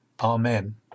Amen